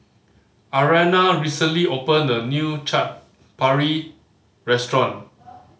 Ariana recently opened a new Chaat Papri Restaurant